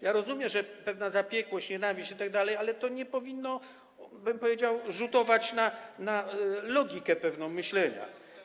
Ja rozumiem, że jest pewna zapiekłość, nienawiść itd., ale to nie powinno, bym powiedział, rzutować na logikę pewną myślenia.